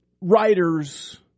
writers